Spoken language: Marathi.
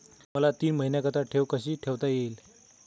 मला तीन महिन्याकरिता ठेव कशी ठेवता येईल?